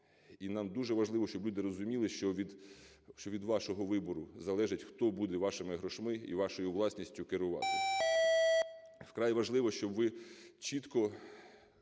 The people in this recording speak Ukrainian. і нам дуже важливо, щоб люди розуміли, що від вашого вибору залежить, хто буде вашими грошима і вашою власністю керувати. Вкрай важливо, щоби ви чітко